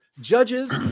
judges